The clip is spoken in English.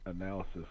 analysis